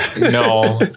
No